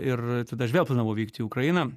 ir tada aš vėl planavau vykti į ukrainą